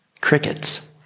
Crickets